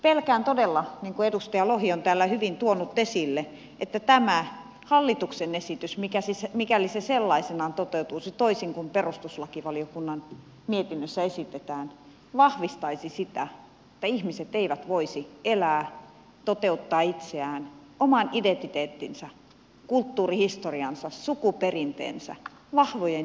pelkään todella niin kuin edustaja lohi on täällä hyvin tuonut esille että tämä hallituksen esitys mikäli se sellaisenaan toteutuisi toisin kuin perustuslakivaliokunnan mietinnössä esitetään vahvistaisi sitä että ihmiset eivät voisi elää toteuttaa itseään oman identiteettinsä kulttuurihistoriansa sukuperinteensä vahvojen juuriensa mukaan